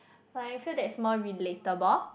like I feel that it's more relatable